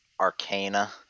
Arcana